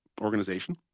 organization